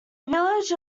village